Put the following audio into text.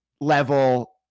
level